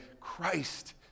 Christ